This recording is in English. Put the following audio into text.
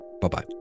Bye-bye